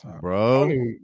Bro